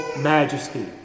majesty